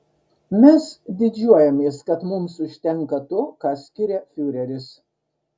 mes didžiuojamės kad mums užtenka to ką skiria fiureris